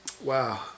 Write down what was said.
Wow